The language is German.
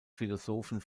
philosophen